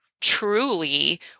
truly